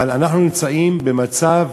אבל אנחנו נמצאים במצב